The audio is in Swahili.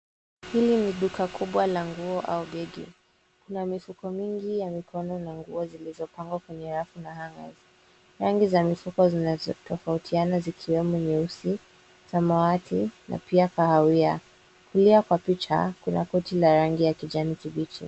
Hili ni Duka la nguo au begi. Kuna mifuko mimgi ya mikono na nguo zilizopangwa kwenye rafu na hangers . Rangi za mifuko zinazotofautianazikiwemo nyeusi, samawati na pia kahawia. Kulia kwa picha kuna koti la rangi ya kijani kibichi.